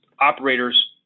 operators